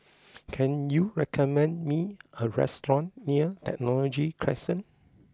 can you recommend me a restaurant near Technology Crescent